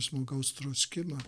žmogaus troškimą